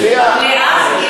מליאה.